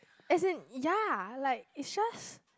as in ya like it's just